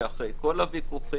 כי אחרי כל הוויכוחים,